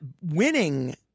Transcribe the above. winning